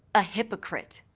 a hypocrite.